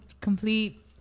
complete